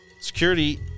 Security